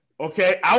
Okay